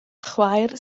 chwaer